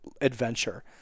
adventure